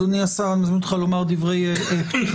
אדוני השר, אני מזמין אותך לומר דברי פתיחה.